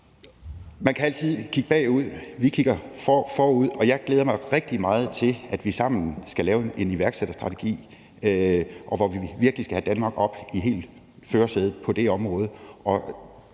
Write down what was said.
man kan altid kigge bagud, vi kigger fremad, og jeg glæder mig rigtig meget til, at vi sammen skal lave en iværksætterstrategi, hvor vi virkelig skal have Danmark frem i førersædet på det område.